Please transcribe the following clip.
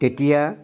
তেতিয়া